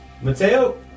Mateo